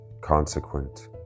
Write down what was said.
consequent